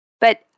But-